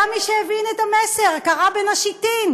היה מי שהבין את המסר, קרא בין השיטין,